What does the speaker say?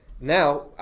Now